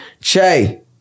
Che